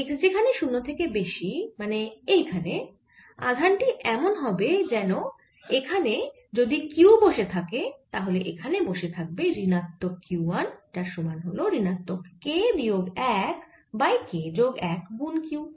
x যেখানে 0 থেকে বেশি মানে এখানে আধান টি এমন হবে যেন ওখানে যদি q বসে থাকে তাহলে এখানে বসে থাকবে ঋণাত্মক q1 যার সমান হল ঋণাত্মক k বিয়োগ 1 বাই k যোগ 1 গুন q